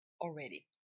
already